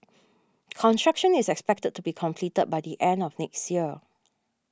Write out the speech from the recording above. construction is expected to be completed by the end of next year